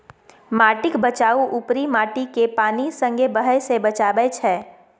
माटिक बचाउ उपरी माटिकेँ पानि संगे बहय सँ बचाएब छै